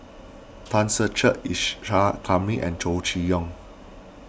Tan Ser Cher Isa Kamari and Chow Chee Yong